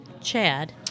Chad